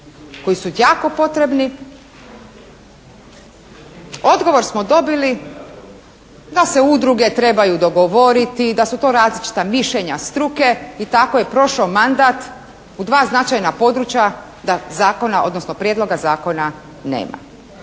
koji su jako potrebni, odgovor smo dobili da se udruge trebaju dogovoriti, da su to različita mišljenja struke i tako je prošao mandat u dva značajna područja da zakona, odnosno prijedloga zakona nema.